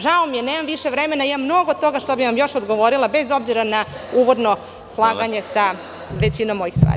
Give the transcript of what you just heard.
Žao mi je jer nemam više vremena, a imam mnogo toga što bih vam još odgovorila bez obzira na uvodno slaganje sa većinom mojih stvari.